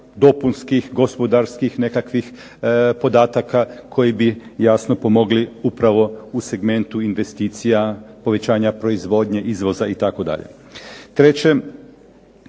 dopunskih gospodarskih podataka koji bi jasno pomogli upravo u segmentu investicija povećanja proizvodnje izvoza itd. Treće,